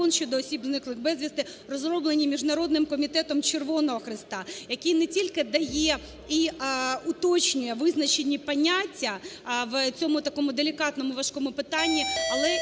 розроблені Міжнародним комітетом Червоного Хреста, який не тільки дає і уточнює визначені поняття в цьому такому делікатному важкому питанні, але і має оцю ключову новелу